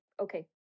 okay